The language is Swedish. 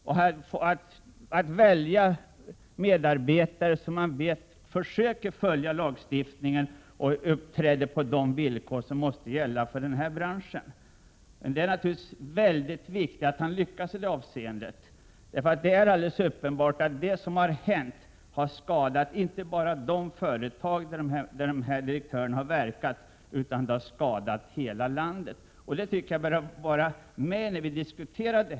Han måste välja medarbetare som försöker följa lagstiftningen och uppträda på de villkor som måste gälla för denna bransch. Det är naturligtvis mycket viktigt att han lyckas i det avseendet. Det som har hänt har nämligen uppenbarligen skadat inte bara de företag där dessa direktörer har verkat, det har skadat hela landet. Detta bör vi ha i åtanke när vi diskuterar frågan.